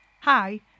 Hi